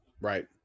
Right